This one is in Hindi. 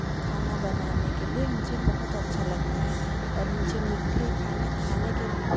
खाने बनाने के लिए मुझे बहुत अच्छा लगता है और मुझे मीठे खाना खाने के लिए